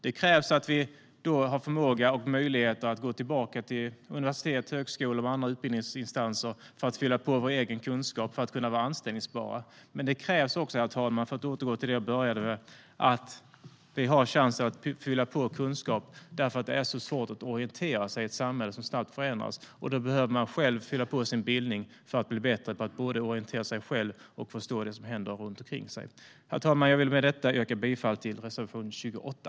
Det krävs att vi då har förmåga och möjlighet att gå tillbaka till universitet, högskolor och andra utbildningsinstanser för att fylla på vår egen kunskap och för att kunna vara anställbara. Herr talman! Det krävs också, för att återgå till det jag började med, att vi har chans att fylla på med kunskap. Det är svårt att orientera sig i ett samhälle som snabbt förändras, och då behöver man själv fylla på sin bildning för att bli bättre på att både orientera sig själv och förstå det som händer runt omkring en. Herr talman! Jag vill med detta yrka bifall till reservation 28.